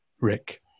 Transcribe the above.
Rick